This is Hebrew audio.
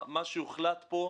מה שיוחלט פה,